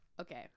okay